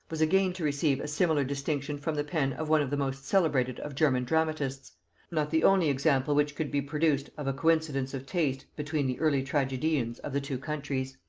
was again to receive a similar distinction from the pen of one of the most celebrated of german dramatists not the only example which could be produced of a coincidence of taste between the early tragedians of the two countries.